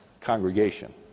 congregation